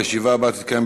הישיבה הבאה תתקיים,